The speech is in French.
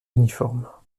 uniformes